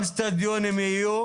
גם איצטדיונים יהיו,